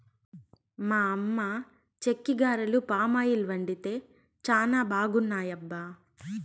మా అమ్మ చెక్కిగారెలు పామాయిల్ వండితే చానా బాగున్నాయబ్బా